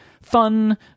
fun